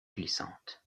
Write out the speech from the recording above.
glissantes